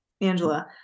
Angela